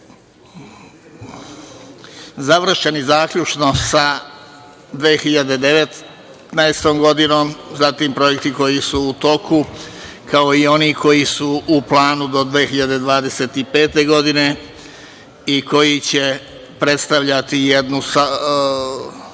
završeni zaključno sa 2019. godinom, zatim projekti koji su u toku, kao i oni koji su u planu do 2025. godine i koji će predstavljati jednu